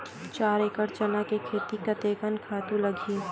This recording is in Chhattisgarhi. चार एकड़ चना के खेती कतेकन खातु लगही?